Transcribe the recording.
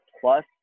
plus